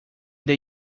they